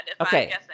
okay